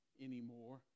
anymore